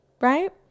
right